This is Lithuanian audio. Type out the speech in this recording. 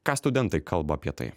ką studentai kalba apie tai